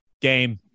game